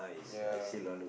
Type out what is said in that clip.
ya